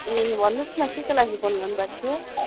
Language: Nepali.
ए भन्नुहोस् न केको लागि फोन गर्नु भएको थियो